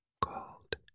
called